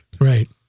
right